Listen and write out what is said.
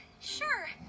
sure